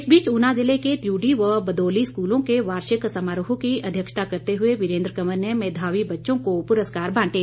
इस बीच ऊना जिले के त्यूडी व बदोली स्कूलों के वार्षिक समारोह की अध्यक्षता करते हुए वीरेंद्र कंवर ने मेधावी बच्चों को पुरस्कार बांटे